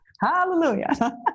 hallelujah